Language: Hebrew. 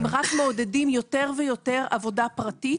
אלא רק מעודדים יותר ויותר עבודה פרטית.